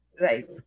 Right